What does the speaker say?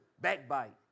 backbite